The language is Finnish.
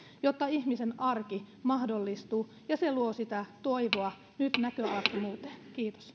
jotta ihmisen arki mahdollistuu se luo sitä toivoa nyt näköalattomuuteen kiitos